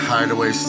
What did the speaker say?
Hideaway